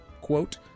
Quote